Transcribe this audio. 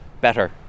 better